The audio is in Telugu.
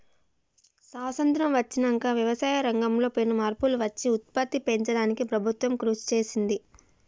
స్వాసత్రం వచ్చినంక వ్యవసాయ రంగం లో పెను మార్పులు వచ్చి ఉత్పత్తి పెంచడానికి ప్రభుత్వం కృషి చేసింది